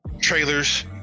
trailers